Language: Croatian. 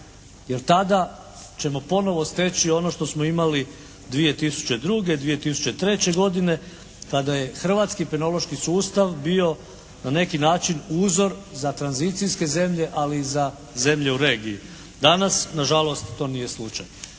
jer tada ćemo ponovo steći ono što smo imali 2002., 2003. godine kada je hrvatski pinološki sustav bio na neki način uzor za tranzicijske zemlje ali i za zemlje u regiji. Danas nažalost to nije slučaj.